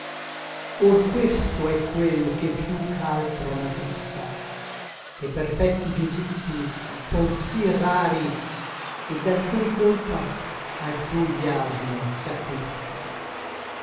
or questo è quel che piú ch'altro n'atrista che perfetti giudicii son sí rari et d'altrui colpa altrui biasmo s'acquista